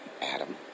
Adam